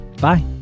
Bye